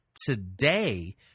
today